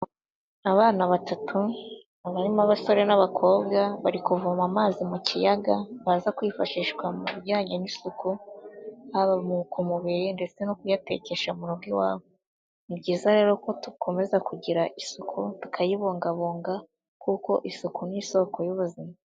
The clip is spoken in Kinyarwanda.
Abana batatu hakaba harimo abasore n'abakobwa, bari kuvoma amazi mu kiyaga baza kwifashishwa mu bijyanye n'isuku haba ku mubiri ndetse no kuyatekesha mu rugo iwabo, ni byiza rero ko dukomeza kugira isuku tukayibungabunga kuko isuku ni isoko y'ubuzima.